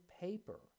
paper